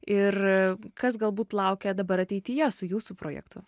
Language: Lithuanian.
ir kas galbūt laukia dabar ateityje su jūsų projektu